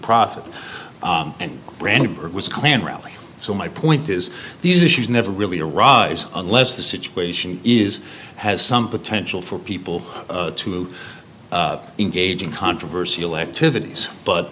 prophet and brand was klan rally so my point is these issues never really arise unless the situation is has some potential for people to engage in controversial activities but